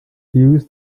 used